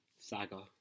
Saga